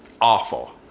awful